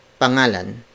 pangalan